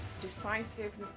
decisive